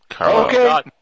Okay